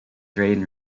train